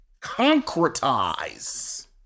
Concretize